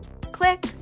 Click